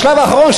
בשלב האחרון,